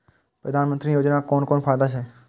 प्रधानमंत्री योजना कोन कोन फायदा छै?